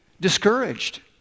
discouraged